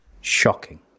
Shocking